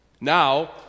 Now